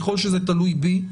ככל שזה תלוי בי,